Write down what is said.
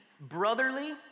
brotherly